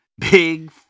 Big